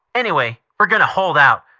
anyway, we're going to hold out.